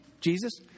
Jesus